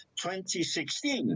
2016